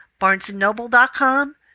BarnesandNoble.com